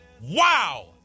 Wow